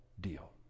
deal